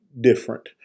different